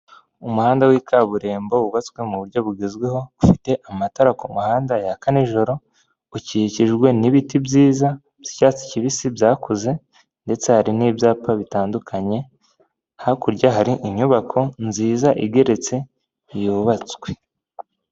Umuhanda w'ikaburimbo wubatswe mu buryo bugezweho ufite amatara kumuhanda yaka n'ijoro bukikijwe n'ibiti byiza by'icyatsi kibisi byakuze ndetse hari n'ibyapa bitandukanye hakurya hari inyubako nziza igeretse yubatswe.